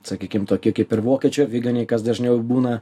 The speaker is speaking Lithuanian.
sakykim tokie kaip ir vokiečių aviganiai kas dažniau ir būna